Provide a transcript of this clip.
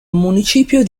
municipio